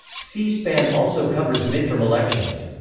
c-span also covers midterm elections.